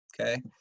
Okay